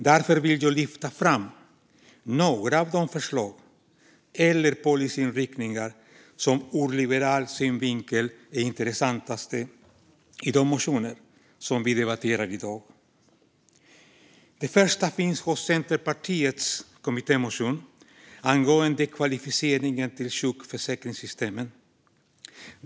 Därför vill jag lyfta fram några av de förslag eller policyinriktningar som ur liberal synvinkel är mest intressanta i de motioner som vi debatterar i dag. Det första finns i Centerpartiets kommittémotion angående kvalificeringen till sjukförsäkringssystemen.